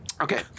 okay